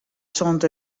sûnt